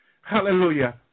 Hallelujah